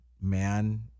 man